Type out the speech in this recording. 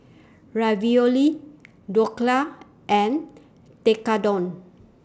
Ravioli Dhokla and Tekkadon